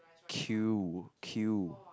queue queue